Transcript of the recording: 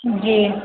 जी